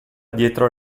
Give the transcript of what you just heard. dietro